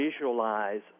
visualize